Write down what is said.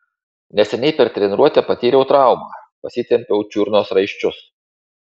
neseniai per treniruotę patyriau traumą pasitempiau čiurnos raiščius